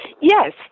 Yes